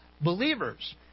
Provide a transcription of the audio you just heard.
believers